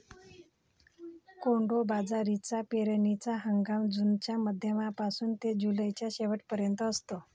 कोडो बाजरीचा पेरणीचा हंगाम जूनच्या मध्यापासून ते जुलैच्या शेवट पर्यंत असतो